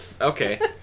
Okay